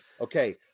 okay